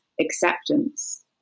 acceptance